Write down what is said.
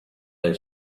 they